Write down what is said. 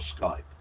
Skype